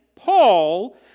Paul